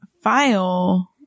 file